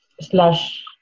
slash